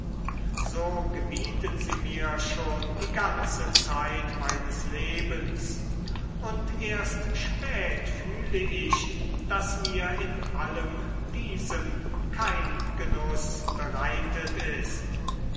so gebieten sie mir schon die ganze zeit meines lebens und erst spät fühle ich daß mir in allem diesem kein genuß bereitet ist